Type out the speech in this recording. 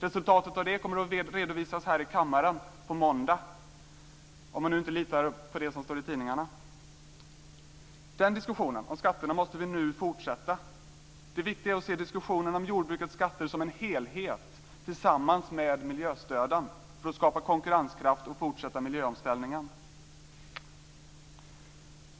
Resultatet av detta kommer att redovisas här i kammaren på måndag, om man nu inte litar på det som står i tidningarna. Diskussionen om skatterna måste fortsätta. Det viktiga är att se diskussionen om jordbrukets skatter som en helhet tillsammans med miljöstöden för att skapa konkurrenskraft och fortsätta miljöomställningen.